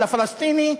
לפלסטיני,